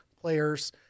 players